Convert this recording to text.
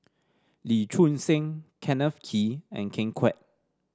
Lee Choon Seng Kenneth Kee and Ken Kwek